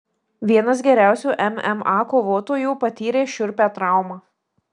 vienas geriausių mma kovotojų patyrė šiurpią traumą